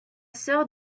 sœur